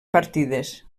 partides